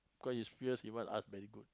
cause he's fierce he why are very good